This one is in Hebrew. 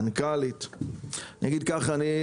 לשר למנכ"לית ולכל הנוכחים.